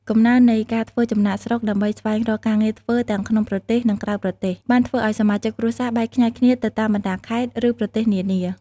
កំណើននៃការធ្វើចំណាកស្រុកដើម្បីស្វែងរកការងារធ្វើ ទាំងក្នុងប្រទេស និងក្រៅប្រទេស បានធ្វើឱ្យសមាជិកគ្រួសារបែកខ្ញែកគ្នាទៅតាមបណ្ដាខេត្ត ឬប្រទេសនានា។